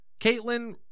caitlin